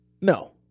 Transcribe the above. No